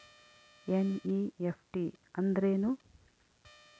NEFT ಅಂದ್ರೆನು?